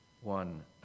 one